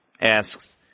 asks